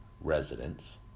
residents